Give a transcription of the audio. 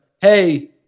hey